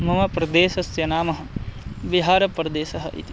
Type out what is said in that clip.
मम प्रदेशस्य नाम बिहारप्रदेशः इति